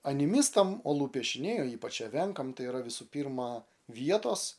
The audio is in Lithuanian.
animistam olų piešiniai o ypač evenkam tai yra visų pirma vietos